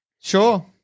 Sure